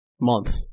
month